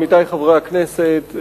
עמיתי חברי הכנסת,